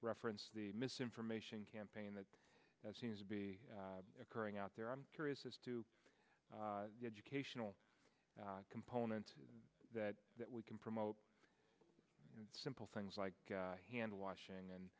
reference the misinformation campaign that that seems to be occurring out there i'm curious as to educational component that that we can promote simple things like hand washing and